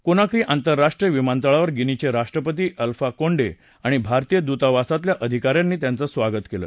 कोना क्री आंतरराष्ट्रीय विमानतळावर गिनीचे राष्ट्रपति अल्फा कोंडे आणि भारतीय दूतावासातल्या अधिकाऱ्यांनी त्यांचं स्वागत केलं